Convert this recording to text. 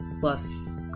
plus